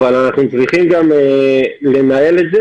אבל אנחנו גם צריכים לנהל את זה